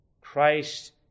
Christ